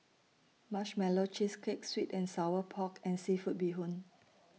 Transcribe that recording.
Marshmallow Cheesecake Sweet and Sour Pork and Seafood Bee Hoon